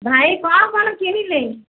ଭାଇ କ'ଣ କ'ଣ କିଣିଲେ